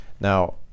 Now